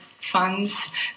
funds